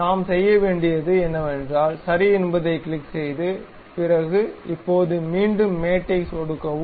நாம் செய்ய வேண்டியது என்னவென்றால் சரி என்பதைக் கிளிக் செய்த பிறகு இப்போது மீண்டும் மேட் ஐ சொடுக்கவும்